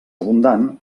abundant